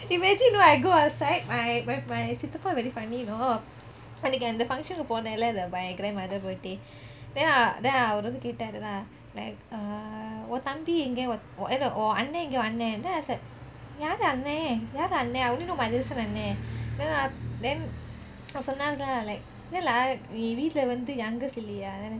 imagine you know I go outside my my my சித்தப்பா:Chithappa very funny you know அன்னிக்கி அந்த:anniki anthe function போனேன்லே:ponenle the my grandmother birthday then a~ அவரு கேட்டாரு:avaru ketaaru lah like uh உன் தம்பி எங்கே உன்: un thambi engeh un eh no உன் அண்ணன் எங்கே உன் அண்ணன்: un annen engeh un annen then I was like யாரு அண்ணன் யாரு அண்ணன்:yaaru annen yaaru annen I only know majeshan அண்ணன்:annen then then அவரு சொன்னாரு: avaru sonnaru lah like இல்லே:illeh lah நீ வீட்டுல வந்து: nee veetuleh vanthu youngest இல்லெய்யா:illeiyaa